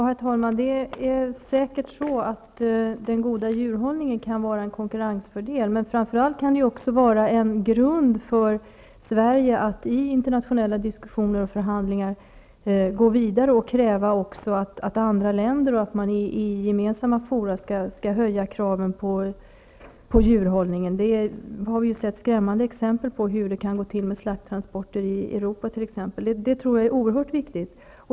Herr talman! Det är säkert så att den goda djurhållningen kan vara en konkurrensfördel, men framför allt kan den ses som en grund för Sverige att i internationella diskussioner och förhandlingar gå vidare och kräva att också andra länder i gemensamma fora skall höja kraven på djurhållningen. Vi har ju sett skrämmande exempel på hur det kan gå till med t.ex. slakttransporter i Europa. Det tror jag är oerhört viktigt.